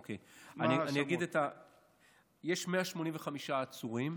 אוקיי, אני אגיד, יש 185 עצורים.